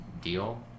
deal